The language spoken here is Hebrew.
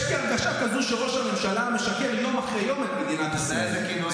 יש לי הרגשה כזאת שראש הממשלה משקר יום אחרי יום למדינת ישראל.